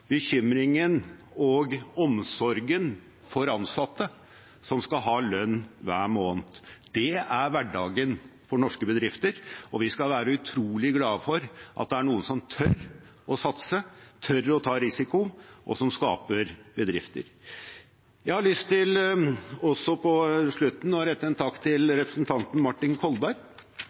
bekymringen og omsorgen for ansatte som skal ha lønn hver måned. Det er hverdagen for norske bedrifter, og vi skal være utrolig glade for at det er noen som tør å satse og tør å ta risiko, og som skaper bedrifter. Jeg har også lyst til på slutten å rette en takk til representanten Martin Kolberg